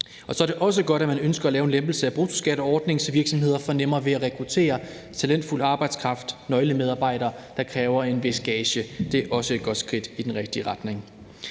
Så er det også godt, at man ønsker at lave en lempelse af bruttoskatteordningen, så virksomheder får nemmere ved at rekruttere talentfuld arbejdskraft – nøglemedarbejdere, der kræver en vis gage. Det er også et godt skridt i den rigtige retning.